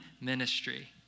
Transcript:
ministry